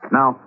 Now